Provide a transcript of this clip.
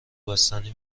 بستنی